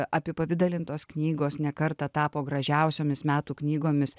apipavidalintos knygos ne kartą tapo gražiausiomis metų knygomis